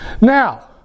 Now